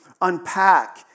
unpack